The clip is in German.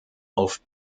auf